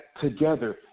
together